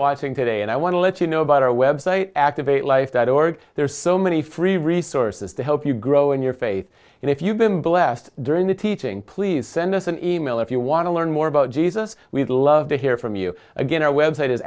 watching today and i want to let you know about our web site activate life that org there are so many free resources to help you grow in your faith and if you've been blessed during the teaching please send us an e mail if you want to learn more about jesus we'd love to hear from you again our website is